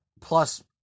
plus